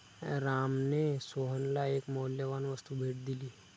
रामने सोहनला एक मौल्यवान वस्तू भेट दिली